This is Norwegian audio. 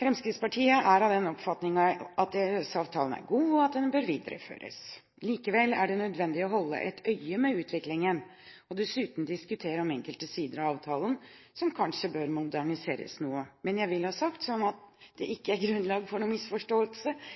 Fremskrittspartiet er av den oppfatning at EØS-avtalen er god, og at den bør videreføres. Likevel er det nødvendig å holde et øye med utviklingen og dessuten diskutere om enkelte sider av avtalen kanskje bør moderniseres noe. Men jeg vil ha sagt nok en gang, sånn at det ikke er grunnlag for noen misforståelser: